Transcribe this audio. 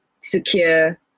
secure